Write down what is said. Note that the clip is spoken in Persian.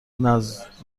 نذر